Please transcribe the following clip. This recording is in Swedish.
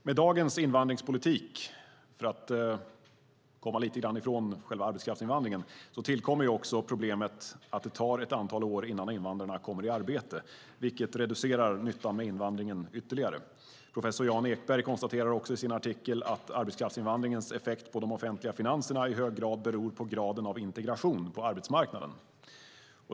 Med dagens invandringspolitik - för att lite grann komma bort från själva arbetskraftsinvandringen - tillkommer problemet att det tar ett antal år innan invandrarna kommer i arbete, vilket ytterligare reducerar nyttan med invandringen. Professor Jan Ekberg konstaterar också i sin artikel att arbetskraftsinvandringens effekt på de offentliga finanserna i hög grad beror på graden av integration på arbetsmarknaden.